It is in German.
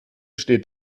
steht